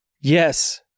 Yes